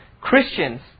Christians